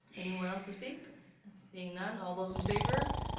anyone else to speak in seeing none, all those in favor?